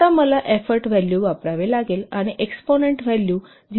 आता मला effort value वापरावे लागेल आणि एक्सपोनेंट व्हॅल्यू 0